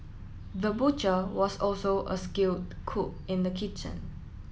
the butcher was also a skilled cook in the kitchen